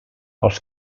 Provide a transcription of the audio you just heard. als